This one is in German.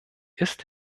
ist